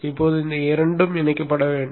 இப்போது இந்த இரண்டும் இணைக்கப்பட வேண்டும்